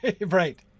Right